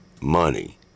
money